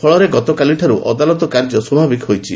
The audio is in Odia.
ଫଳରେ ଗତକାଲିଠାରୁ ଅଦାଲତ କାର୍ଯ୍ୟ ସ୍ୱାଭାବିକ ହୋଇଛି